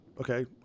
Okay